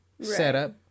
setup